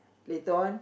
later on